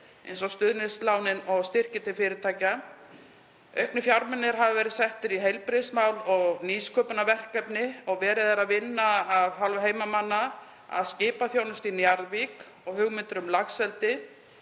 eins og stuðningslánin og styrkir til fyrirtækja. Auknir fjármunir hafa verið settir í heilbrigðismál og nýsköpunarverkefni og verið er að vinna af hálfu heimamanna að skipaþjónustu í Njarðvík og hugmyndir eru